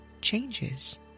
changes